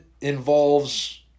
involves